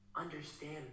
understand